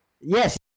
yes